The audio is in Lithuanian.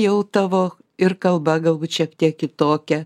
jau tavo ir kalba galbūt šiek tiek kitokia